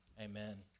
Amen